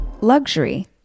Luxury